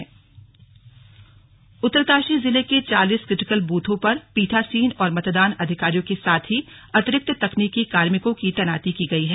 slug Uttarkashi तैनाती उत्तरकाशी जिले के चालीस क्रिटिकल बूथों पर पीठासीन और मतदान अधिकारियों के साथ ही अतिरिक्त तकनीकि कार्मिकों की तैनाती की गई है